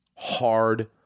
hard